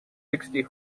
sixty